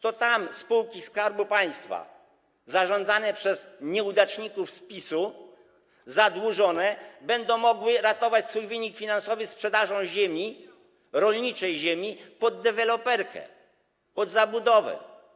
To tam zadłużone spółki Skarbu Państwa zarządzane przez nieudaczników z PiS-u będą mogły ratować swój wynik finansowy sprzedażą ziemi, rolniczej ziemi, pod deweloperkę, pod zabudowę.